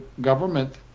government